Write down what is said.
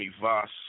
Voss